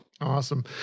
Awesome